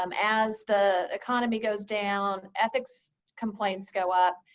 um as the economy goes down, ethics complaints go up.